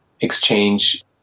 exchange